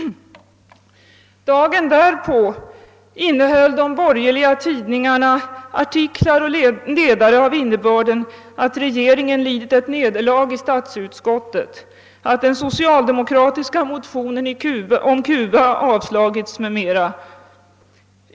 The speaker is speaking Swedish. Dagen därpå innehöll de borgerliga tidningarna artiklar och ledare av innebörden att regeringen lidit ett nederlag i statsutskottet, att den socialdemokratiska motionen om Cuba avstyrkts, m.m.